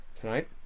Tonight